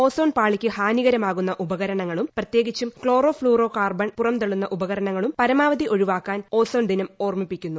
ozone പാളിയ്ക്ക് ഹാനികരമാകുന്ന ഉപകരണങ്ങളും പ്രത്യേകിച്ചും ക്ലോറോ ഫ്ളൂറോ കാർബൺ പുറംതള്ളുന്ന ഉപകരണങ്ങളും പരമാവധി ഒഴിവാക്കാൻ ഓസോൺ ദിനം ഓർമ്മിപ്പിക്കുന്നു